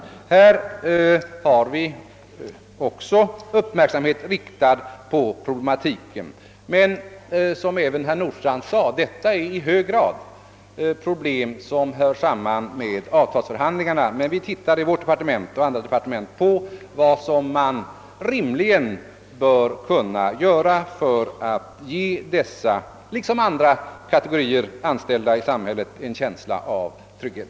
Vi har alltså vår uppmärksamhet riktad även på detta problem. Detta är, något som även herr Nordstrandh framhöll, problem som i hög grad hör samman med löneförhandlingarna, men vi kommer i vårt departement och även i andra departement att undersöka vad man rimligen kan göra för att ge dessa liksom andra i samhällets tjänst anställda kategorier en känsla av trygghet.